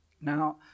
now